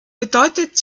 bedeutet